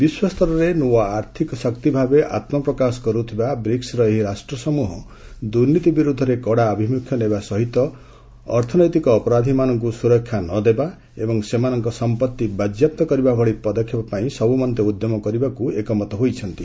ବିଶ୍ୱସ୍ତରରେ ନୂଆ ଆର୍ଥିକ ଶକ୍ତି ଭାବେ ଆତ୍ମ ପ୍ରକାଶ କରୁଥିବା ବ୍ରିକୁର ଏହି ରାଷ୍ଟ୍ର ସମ୍ବହ ଦୁର୍ନୀତି ବିରୋଧରେ କଡ଼ା ଆଭିମୁଖ୍ୟ ନେବା ସହିତ ଅର୍ଥନୈତିକ ଅପରାଧୀମାନଙ୍କୁ ସୁରକ୍ଷା ନଦେବା ଏବଂ ସେମାନଙ୍କ ସମ୍ପତ୍ତି ବାକ୍ୟାପ୍ତ କରିବା ଭଳି ପଦକ୍ଷେପ ପାଇଁ ସବୁମନ୍ତେ ଉଦ୍ୟମ କରିବାକୁ ଏକମତ ହୋଇଛନ୍ତି